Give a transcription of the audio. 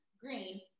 Green